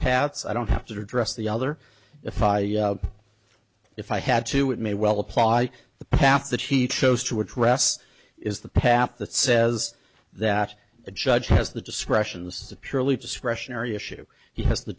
paths i don't have to address the other if i if i had to it may well apply the path that he chose to address is the path that says that the judge has the discretion this is a purely discretionary issue he has the